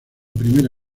primera